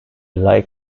like